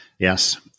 Yes